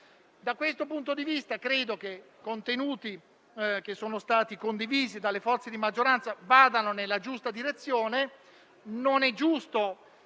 Da questo punto di vista, credo che i contenuti che sono stati condivisi dalle forze di maggioranza vadano nella giusta direzione. Non è giusto,